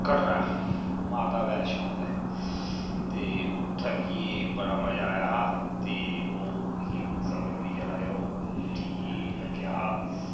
कटरा माता वैष्णो दे ते उत्थें मिगी बड़ा मज़ा आया हा ते ओह् मिगी सफर बी जेह्ड़ा ऐ ओह् ठीक लग्गेआ हा